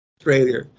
Australia